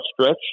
stretch